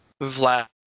Vlad